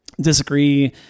disagree